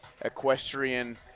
equestrian